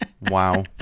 Wow